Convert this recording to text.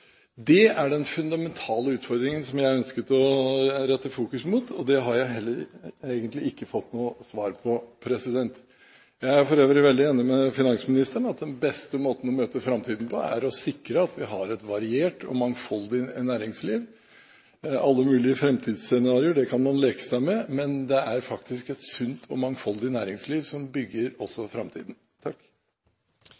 Det er den fundamentale utfordringen som jeg har ønsket å sette i fokus, og det har jeg egentlig ikke fått noe svar på. Jeg er for øvrig veldig enig med finansministeren i at den beste måten å møte framtiden på er å sikre at vi har et variert og mangfoldig næringsliv. Alle mulige framtidsscenarioer kan man leke seg med, men det er faktisk et sunt og mangfoldig næringsliv som bygger framtiden. Jeg vil også